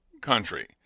country